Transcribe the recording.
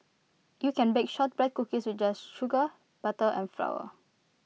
you can bake Shortbread Cookies with just sugar butter and flour